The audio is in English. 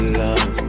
love